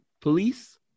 Police